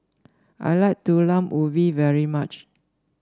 I like Talam Ubi very much